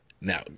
Now